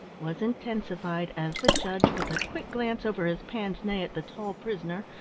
was intensified as the judge, with a quick glance over his pince-nez at the tall prisoner,